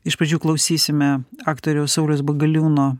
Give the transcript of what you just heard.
iš pradžių klausysime aktoriaus sauliaus bagaliūno